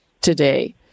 today